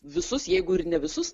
visus jeigu ir ne visus